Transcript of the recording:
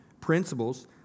principles